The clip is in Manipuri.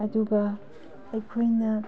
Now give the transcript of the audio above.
ꯑꯗꯨꯒ ꯑꯩꯈꯣꯏꯅ